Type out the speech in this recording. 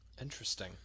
interesting